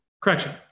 correction